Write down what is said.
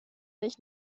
nicht